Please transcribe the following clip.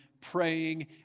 praying